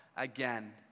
again